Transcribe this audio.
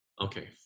okay